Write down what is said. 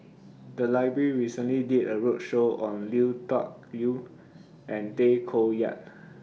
The Library recently did A roadshow on Lui Tuck Yew and Tay Koh Yat